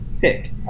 pick